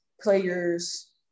players